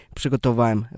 przygotowałem